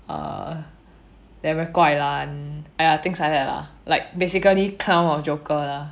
err they are very guai lan !aiya! things like that lah basically clown or joker lah